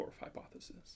hypothesis